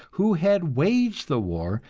who had waged the war,